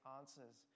answers